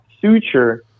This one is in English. suture